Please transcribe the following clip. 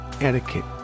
etiquette